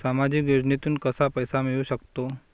सामाजिक योजनेतून कसा पैसा मिळू सकतो?